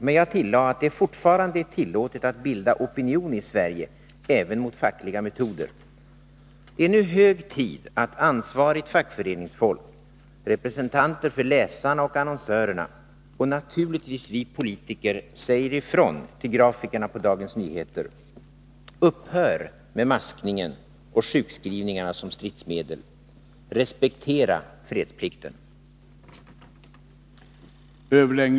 Men jag tillade att det fortfarande är tillåtet att bilda opinion i Sverige, även mot fackliga metoder. Det är nu hög tid att ansvarigt fackföreningsfolk, representanter för läsarna och annonsörerna och naturligtvis vi politiker säger ifrån till grafikerna på Dagens Nyheter: Upphör med maskningen och sjukskrivningarna som stridsmedel. Respektera fredsplikten!